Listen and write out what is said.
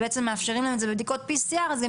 ובעצם מאפשרים להם את זה בבדיקות PCR אז גם